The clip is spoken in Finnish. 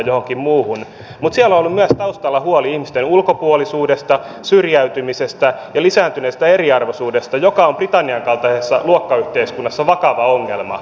mutta siellä on myös ollut taustalla huoli ihmisten ulkopuolisuudesta syrjäytymisestä ja lisääntyneestä eriarvoisuudesta joka on britannian kaltaisessa luokkayhteiskunnassa vakava ongelma